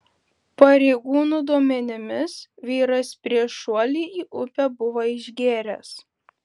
pareigūnų duomenimis vyras prieš šuolį į upę buvo išgėręs